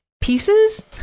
pieces